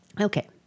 Okay